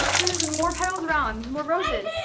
there's more petals around, more roses.